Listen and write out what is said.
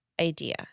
idea